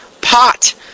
Pot